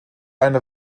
eine